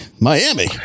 Miami